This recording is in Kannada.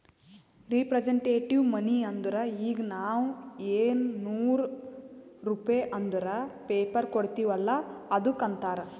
ರಿಪ್ರಸಂಟೆಟಿವ್ ಮನಿ ಅಂದುರ್ ಈಗ ನಾವ್ ಎನ್ ನೂರ್ ರುಪೇ ಅಂದುರ್ ಪೇಪರ್ ಕೊಡ್ತಿವ್ ಅಲ್ಲ ಅದ್ದುಕ್ ಅಂತಾರ್